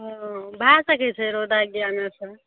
ओ भए सकै छै रौदाके ज्ञानेसँ